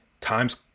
Time's